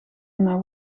naar